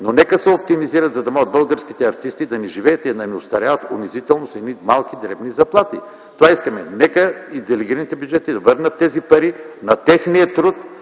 но нека се оптимизират, за да могат българските артисти да не живеят и да не остаряват унизително с едни малки, дребни заплати. Това искаме. Нека интегрираните бюджети да върнат тези пари на техния труд,